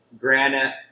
granite